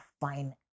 fine